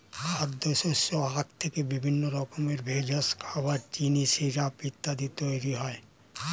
খাদ্যশস্য আখ থেকে বিভিন্ন রকমের ভেষজ, খাবার, চিনি, সিরাপ ইত্যাদি তৈরি হয়